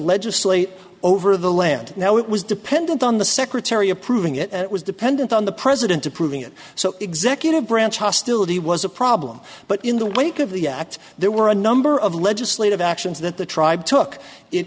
legit over the land now it was dependent on the secretary approving it and it was dependent on the president approving it so executive branch hostility was a problem but in the wake of the act there were a number of legislative actions that the tribe took it